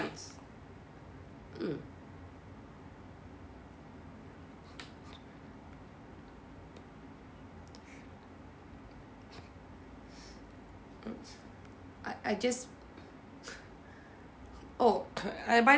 mm mm I I just oh I buy